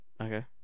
okay